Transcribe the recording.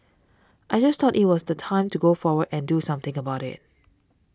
I just thought it was the time to go forward and do something about it